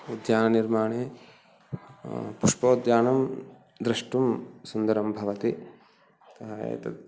उद्याननिर्माणे पुष्पोद्यानं द्रष्टुं सुन्दरं भवति कायतु